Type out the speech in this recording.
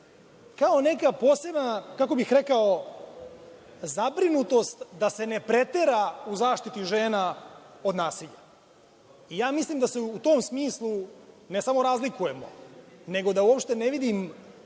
kao neka posebna, kako bih rekao, zabrinutost da se ne pretera u zaštiti žena od nasilja. Mislim da se u tom smislu, ne samo razlikujemo, nego da uopšte ne vidim